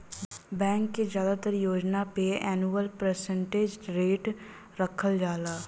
bank के जादातर योजना पे एनुअल परसेंटेज रेट रखल जाला